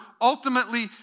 ultimately